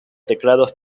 teclados